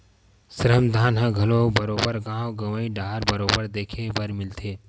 श्रम दान ह घलो बरोबर गाँव गंवई डाहर बरोबर देखे बर मिलथे